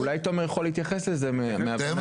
אולי תומר יכול להתייחס לזה מהבנתו,